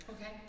Okay